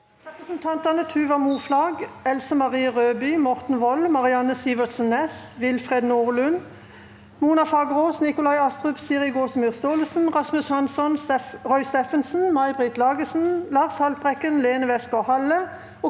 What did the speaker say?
Representantene Tuva Moflag, Else Marie Rødby, Morten Wold, Marianne Si- vertsen Næss, Willfred Nordlund, Mona Fagerås, Nikolai Astrup, Siri Gåsemyr Staalesen, Rasmus Hansson, Roy Steffensen, May Britt Lagesen, Lars Haltbrekken, Lene Westgaard-Halle